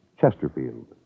Chesterfield